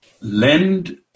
lend